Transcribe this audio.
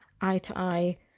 eye-to-eye